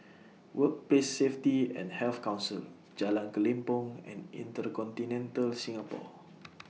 Workplace Safety and Health Council Jalan Kelempong and InterContinental Singapore